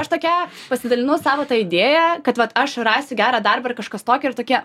aš tokia pasidalinau savo ta idėja kad vat aš rasiu gerą darbą ir kažkas tokio ir tokie